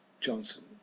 Johnson